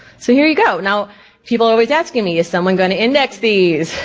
so here you go. now people are always asking me, is someone gonna index these?